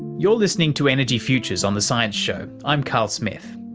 you're listening to energy futures on the science show, i'm carl smith.